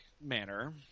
manner